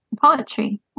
poetry